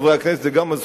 עם כל הכבוד,